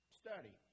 study